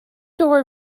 door